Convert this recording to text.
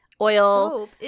oil